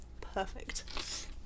perfect